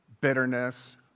bitterness